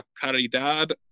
Caridad